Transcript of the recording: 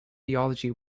theology